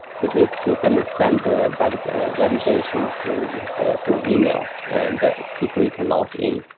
cuz it's gonna send a but validation through ah yeah through email and before you can login.